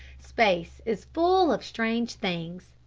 space is full of strange things,